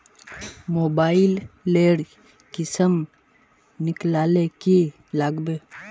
Mobile लेर किसम निकलाले की लागबे?